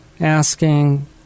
Asking